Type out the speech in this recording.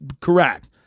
correct